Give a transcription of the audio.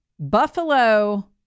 Buffalo